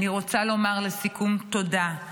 אני רוצה לומר לסיכום תודה,